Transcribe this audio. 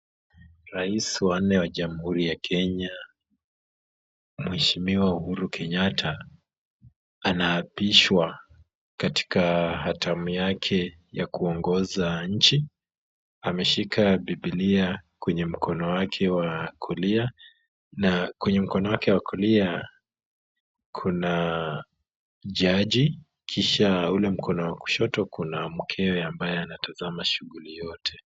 Rais wa nne wa Jamhuri ya Kenya, mheshimiwa Uhuru Kenyatta anaapishwa katika hatamu yake ya kuongoza nchi, ameshika Bibilia kwenye mkono wake wa kulia, na kwenye mkono wake wa kulia kuna jaji, kisha ule mkono wa kushoto kuna mkewe ambaye anatazama shughuli yote.